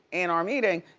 in our meeting,